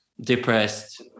depressed